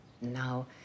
Now